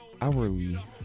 hourly